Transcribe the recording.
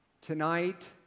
tonight